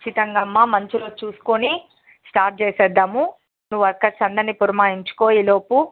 ఖచ్చితంగా అమ్మ మంచి రోజు చూసుకొని స్టార్ట్ చేసేద్దాము నువ్వు వర్కర్స్ అందరిని పురమాయించుకో ఈలోపు